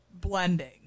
blending